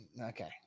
okay